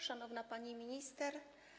Szanowna Pani Minister!